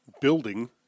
building